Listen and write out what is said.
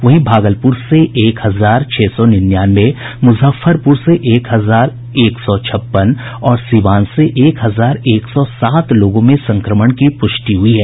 वहीं भागलपुर से एक हजार छह सौ निन्यानवे मुजफ्फरपुर से एक हजार एक सौ छप्पन और सीवान से एक हजार एक सौ सात लोगों में संक्रमण की पुष्टि हुई है